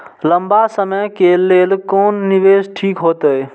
लंबा समय के लेल कोन निवेश ठीक होते?